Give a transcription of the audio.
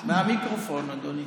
מהמיקרופון, אדוני.